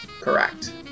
Correct